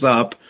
up